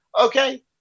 okay